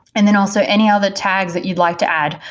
and then also any other tags that you'd like to add.